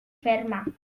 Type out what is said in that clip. ferma